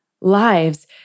lives